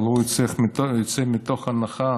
אבל הוא יוצא מתוך הנחה